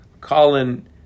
Colin